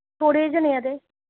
थोह्ड़े जनें ऐ ते